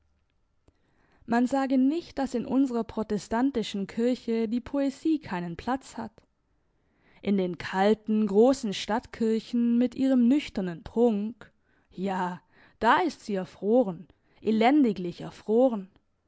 man sage nicht dass in unserer protestantischen kirche die poesie keinen platz hat in den kalten grossen stadtkirchen mit ihrem nüchternen prunk ja da ist sie erfroren elendiglich erfroren